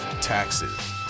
taxes